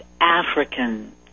Africans